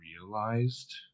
realized